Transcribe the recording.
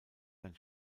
sein